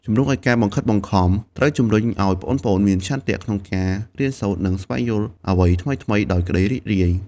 ជំនួសឲ្យការបង្ខិតបង្ខំ ត្រូវជំរុញឲ្យប្អូនៗមានឆន្ទៈក្នុងការរៀនសូត្រ និងស្វែងយល់អ្វីថ្មីៗដោយក្តីរីករាយ។